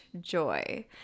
joy